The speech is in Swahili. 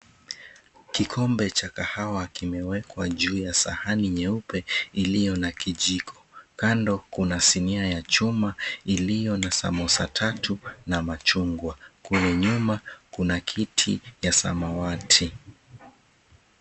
Kikombe cha kahawa kimewekwa juu ya sahani nyeupe iliyo na kijiko. Kando kuna sinia ya chuma iliyo na samosa tatu na machungwa. Kule nyuma kuna ya samawati.